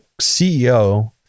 CEO